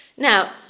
Now